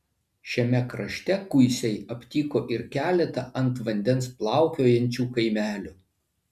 šiame krašte kuisiai aptiko ir keletą ant vandens plaukiojančių kaimelių